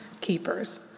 keepers